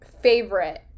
favorite